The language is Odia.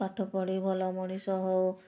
ପାଠ ପଢ଼ି ଭଲ ମଣିଷ ହେଉ